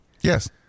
Yes